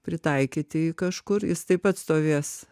pritaikyti jį kažkur jis taip atstovės